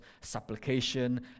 supplication